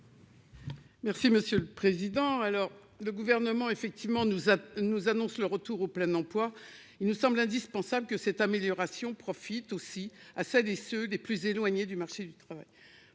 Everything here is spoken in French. Merci monsieur le président, alors le gouvernement effectivement nous nous annonce le retour au plein emploi, il nous semble indispensable que cette amélioration profite aussi à ça des ceux des plus éloignés du marché du travail,